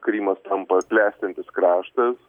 krymas tampa klestintis kraštas